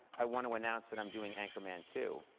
i want to announce that i'm doing anchorman two.